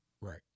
Right